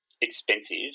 expensive